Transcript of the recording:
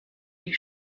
die